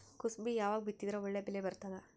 ಕುಸಬಿ ಯಾವಾಗ ಬಿತ್ತಿದರ ಒಳ್ಳೆ ಬೆಲೆ ಬರತದ?